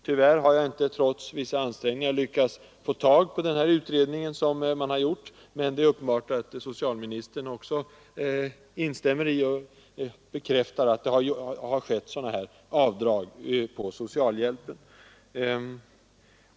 Tyvärr har jag inte, trots vissa ansträngningar, lyckats få tag på utredningen men det är tydligt att socialministern bekräftar att sådana här avdrag har gjorts från socialhjälpen.